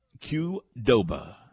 Q-Doba